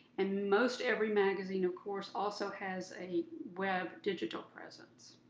and most every magazine, of course, also has a web digital presence.